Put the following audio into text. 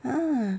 ah